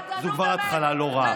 זו כבר התחלה לא רעה.